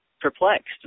perplexed